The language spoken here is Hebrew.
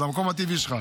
למקום הטבעי שלך.